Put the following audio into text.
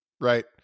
right